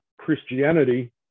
Christianity